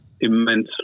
immensely